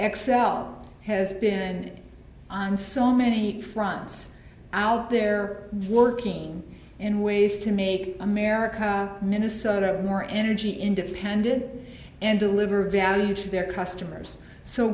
l has been on so many fronts out there working in ways to make america minnesota more energy independent and deliver value to their customers so